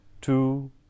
two